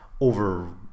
over